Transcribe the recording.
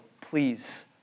please